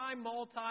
multi